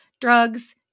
Drugs